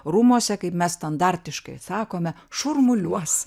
rūmuose kaip mes standartiškai sakome šurmuliuos